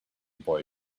boy